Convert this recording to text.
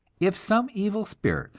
if some evil spirit,